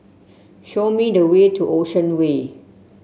show me the way to Ocean Way